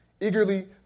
eagerly